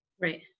Right